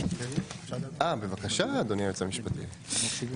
בבקשה, אדוני היועץ המשפטי.